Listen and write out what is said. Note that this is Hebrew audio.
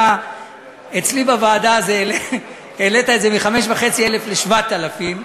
אצלי בוועדה העלית את זה מ-5,500 ל-7,000.